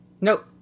Nope